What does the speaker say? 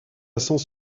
sens